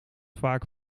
vaak